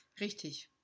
Richtig